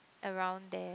around there